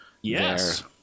Yes